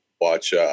Watch